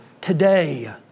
today